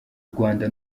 rwanda